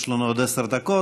יש לנו עוד עשר דקות.